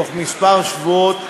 בתוך שבועות מספר,